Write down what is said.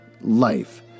life